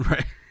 Right